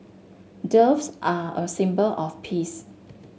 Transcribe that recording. doves are a symbol of peace